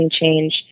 change